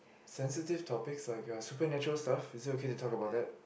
sensitive topics like supernatural stuff is it okay to talk about that